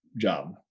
job